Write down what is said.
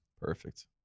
perfect